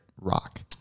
rock